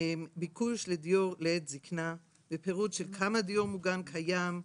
ביקוש לדיור לעת זקנה ופירוט של כמה דיור מוגן קיים,